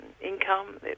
income